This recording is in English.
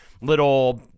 little